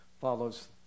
follows